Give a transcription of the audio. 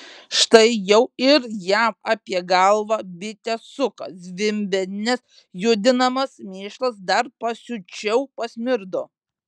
štai jau ir jam apie galvą bitė suka zvimbia nes judinamas mėšlas dar pasiučiau pasmirdo